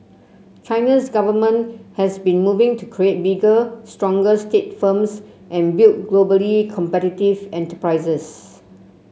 China's government has been moving to create bigger stronger state firms and build globally competitive enterprises